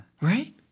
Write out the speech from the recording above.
Right